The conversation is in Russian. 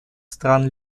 стран